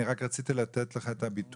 אני רק רציתי לתת לך את הביטוי,